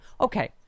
okay